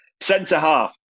Centre-half